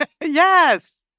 yes